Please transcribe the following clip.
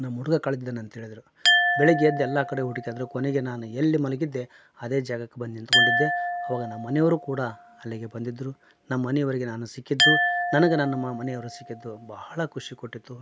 ನಮ್ಮ ಹುಡ್ಗ ಕಳ್ದಿದ್ದಾನೆ ಅಂತೇಳಿದರು ಬೆಳಗ್ಗೆ ಎದ್ದು ಎಲ್ಲಾ ಕಡೆ ಹುಡುಕಿದರು ಕೊನೆಗೆ ನಾನು ಎಲ್ಲಿ ಮಲ್ಗಿದ್ದೆ ಅದೇ ಜಾಗಕ್ಕೆ ಬಂದು ನಿಂತ್ಕೊಂಡಿದ್ದೆ ಅವಾಗ ನಮ್ಮನೆಯವರು ಕೂಡ ಅಲ್ಲಿಗೆ ಬಂದಿದ್ದರು ನಮ್ಮನೆಯವರಿಗೆ ನಾನು ಸಿಕ್ಕಿದ್ದು ನನಗೆ ನನ್ನ ಮನೆಯವರು ಸಿಕ್ಕಿದ್ದು ಭಾಳ ಖುಷಿಕೊಟ್ಟಿತು